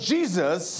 Jesus